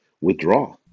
Withdraw